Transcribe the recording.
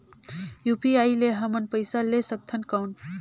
UPI ले हमन पइसा ले सकथन कौन?